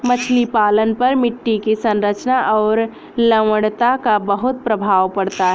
मछली पालन पर मिट्टी की संरचना और लवणता का बहुत प्रभाव पड़ता है